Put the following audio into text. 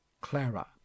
Clara